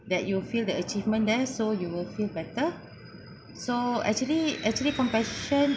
that you will feel that achievement there so you will feel better so actually actually compassion